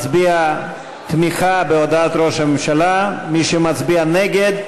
מצביע תמיכה בהודעת ראש הממשלה, מי שמצביע נגד,